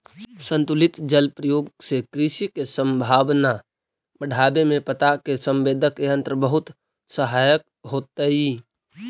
संतुलित जल प्रयोग से कृषि के संभावना बढ़ावे में पत्ता के संवेदक यंत्र बहुत सहायक होतई